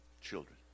children